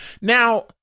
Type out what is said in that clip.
Now